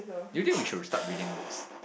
do you think we should start reading books